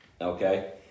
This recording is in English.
Okay